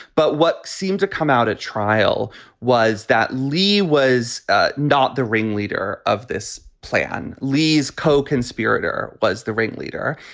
but what seemed to come out at trial was that lee was ah not the ringleader of this plan. lee's co conspirator was the ringleader.